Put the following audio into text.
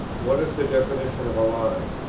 what is the definition of a lie?